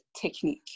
technique